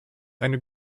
eine